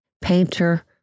painter